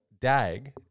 dag